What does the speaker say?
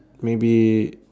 maybe